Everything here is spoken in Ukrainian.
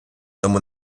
тому